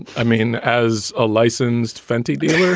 i mean, as a licensed fanti dealer,